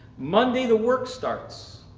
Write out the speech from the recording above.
monday the work starts